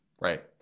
Right